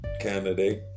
candidate